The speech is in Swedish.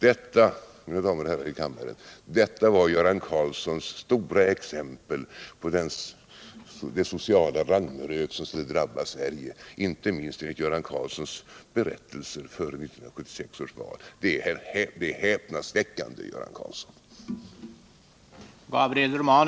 Detta, mina damer och herrar i kammaren, var Göran Karlssons stora exempel på den sociala ragnarök som skulle drabba Sverige, inte minst enligt Göran Karlssons berättelser före 1976 års val. Det är häpnadsväckande, Göran Karlsson!